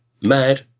Mad